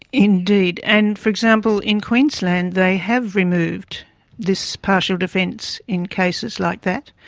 indeed, and for example, in queensland they have removed this partial defence in cases like that,